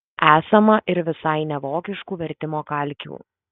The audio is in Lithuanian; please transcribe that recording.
esama ir visai nevokiškų vertimo kalkių